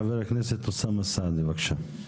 חבר הכנסת אוסאמה סעדי, בבקשה.